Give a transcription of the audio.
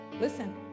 listen